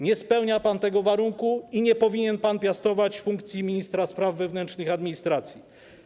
Nie spełnia pan tego warunku i nie powinien pan piastować funkcji ministra spraw wewnętrznych i administracji.